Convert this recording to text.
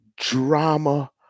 drama